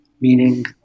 meaning